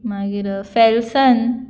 मागीर फॅलसन